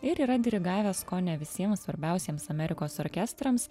ir yra dirigavęs kone visiem svarbiausiems amerikos orkestrams